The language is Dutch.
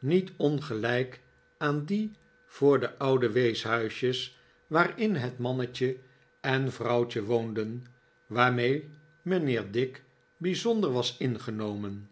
niet ongelijk aan die voor de oude weerhuisjes waarin het mannetje en vrouwtje woonden waarmee mijnheer dick bijzonder was ingenomen